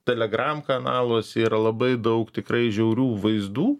telegram kanaluose yra labai daug tikrai žiaurių vaizdų